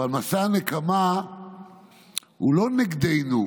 אבל מסע הנקמה הוא לא נגדנו,